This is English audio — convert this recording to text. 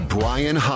Brian